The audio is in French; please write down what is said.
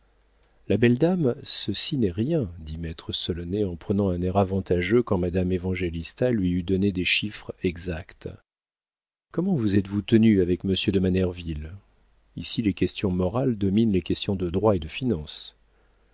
ma belle dame ceci n'est rien dit maître solonet en prenant un air avantageux quand madame évangélista lui eut donné des chiffres exacts comment vous êtes-vous tenue avec monsieur de manerville ici les questions morales dominent les questions de droit et de finance